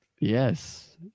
Yes